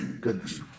Goodness